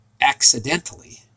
accidentally